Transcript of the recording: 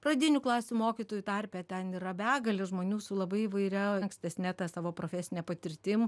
pradinių klasių mokytojų tarpe ten yra begalė žmonių su labai įvairia ankstesne ta savo profesine patirtim